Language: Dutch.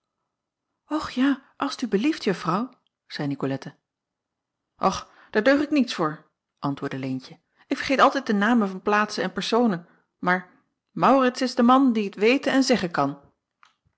ja als t u belieft uffrouw zeî icolette ch daar deug ik niets voor antwoordde eentje ik vergeet altijd de namen van plaatsen en personen maar aurits is de man ie t weet en t zeggen kan